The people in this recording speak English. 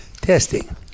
testing